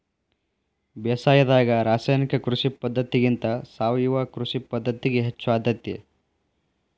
ಬೇಸಾಯದಾಗ ರಾಸಾಯನಿಕ ಕೃಷಿ ಪದ್ಧತಿಗಿಂತ ಸಾವಯವ ಕೃಷಿ ಪದ್ಧತಿಗೆ ಹೆಚ್ಚು ಆದ್ಯತೆ